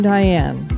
Diane